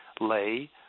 lay